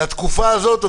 לתקופה הזאת,